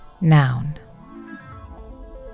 Noun